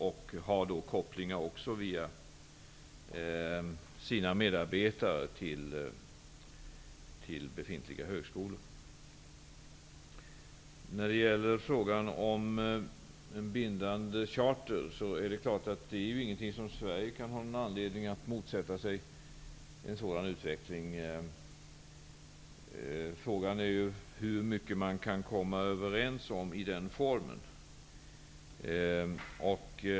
Det har kopplingar via sina medarbetare till befintliga högskolor. När det gäller frågan om bindande charter kan inte Sverige ha någon anledning att motsätta sig en sådan utveckling. Frågan är hur mycket man kan komma överens om i den formen.